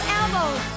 elbows